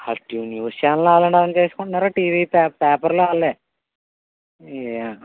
అటు న్యూస్ ఛానల్లో వాళ్ళ వాళ్ళే వేసుకుంటున్నారు టీవీ పేపర్లో వాళ్ళే ఏమో